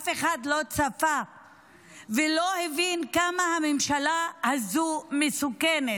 אף אחד לא צפה ולא הבין כמה הממשלה הזאת מסוכנת,